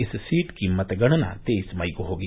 इस सीट की मतगणना तेईस मई को होगी